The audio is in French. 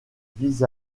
vis